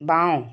বাওঁ